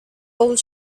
old